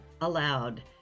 Aloud